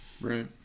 Right